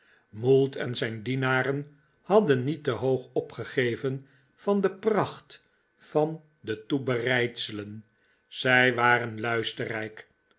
mould en zijn dienaren hadden niet te hoog opgegeven van de pracht van de toebereidselen zij waren luisterrijk